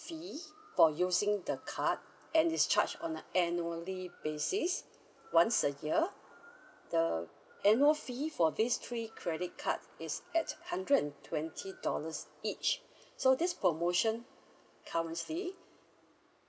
fee for using the card and is charged on a annually basis once a year the annual fee for these three credit card is at hundred and twenty dollars each so this promotion comes free